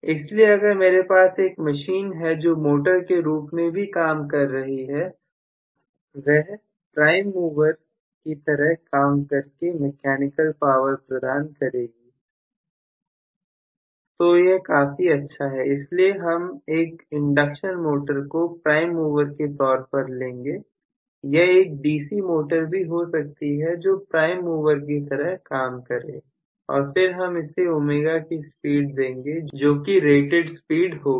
इसलिए अगर मेरे पास एक मशीन है जो मोटर के रूप में भी काम कर रही है वह प्राइम मोबाइल की तरह काम करके मैकेनिकल पावर प्रदान करेगी तो यह काफी अच्छा है इसलिए हम एक इंडक्शन मोटर को प्राइम मूवर के तौर पर लेंगे यह एक डीसी मोटर भी हो सकती है जो प्राइम मोबाइल की तरह काम करें और फिर हम इसे ω की स्पीड देंगे जो कि रेटेड स्पीड होगी